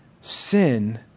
Sin